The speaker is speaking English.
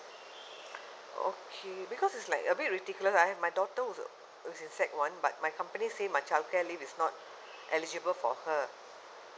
okay because it's like a bit ridiculous I have my daughter who's who's in sec one but my company say my childcare leave is not eligible for her